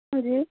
جی